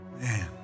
Man